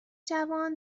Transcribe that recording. جوان